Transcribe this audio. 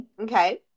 Okay